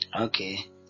Okay